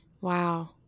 Wow